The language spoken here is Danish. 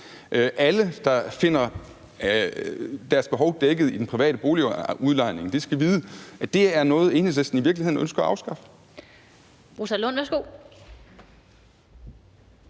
Alle, der finder deres behov dækket i den private boligudlejning, skal vide, at det er noget, Enhedslisten i virkeligheden ønsker at afskaffe.